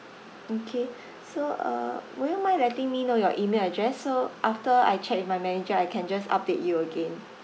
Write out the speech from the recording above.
okay so uh would you mind letting me know your email address so after I check with my manager I can just update you again